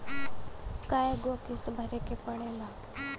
कय गो किस्त भरे के पड़ेला?